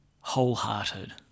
wholehearted